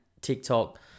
TikTok